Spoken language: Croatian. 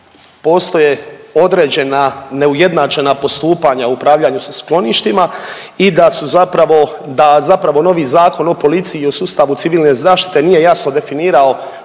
postoje određena neujednačena postupanja u upravljanju sa skloništima i da su zapravo, da zapravo novi Zakon o policiji i o sustavu civilne zaštite nije jasno definirao